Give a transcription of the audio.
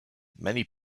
many